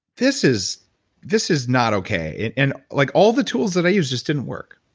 this is this is not okay. and and like all the tools that i used just didn't work.